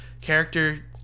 character